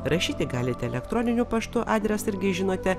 rašyti galite elektroniniu paštu adresą irgi žinote